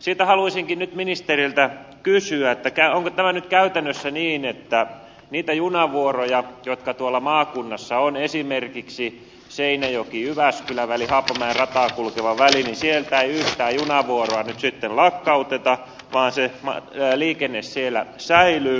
siitä haluaisinkin nyt ministeriltä kysyä onko tämä nyt käytännössä niin että niistä junavuoroista jotka tuolla maakunnassa ovat esimerkiksi seinäjokijyväskylä väli haapamäen rataa kulkeva väli ei yhtään nyt sitten lakkauteta vaan se liikenne siellä säilyy